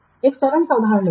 एक सरल उदाहरण लेंगे